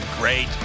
great